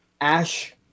ash